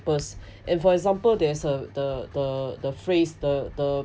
was and for example there's a the the the phrase the the